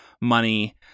money